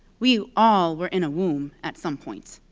we all were in a womb at some point.